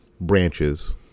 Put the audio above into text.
branches